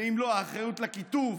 ואם לא, האחריות לקיטוב,